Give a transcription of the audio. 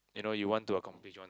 you know you want to accomplish one